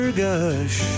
gush